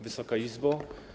Wysoka Izbo!